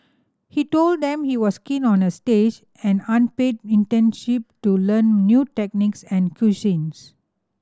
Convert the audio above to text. he told them he was keen on a stage an unpaid internship to learn new techniques and cuisines